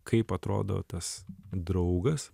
kaip atrodo tas draugas